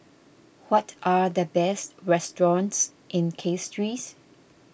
what are the best restaurants in Castries